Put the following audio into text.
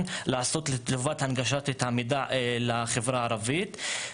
לעשות לטובת הנגשת המידע לחברה הערבית.